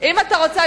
אם אתה רוצה,